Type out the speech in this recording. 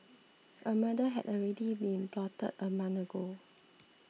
a murder had already been plotted a month ago